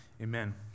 Amen